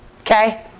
Okay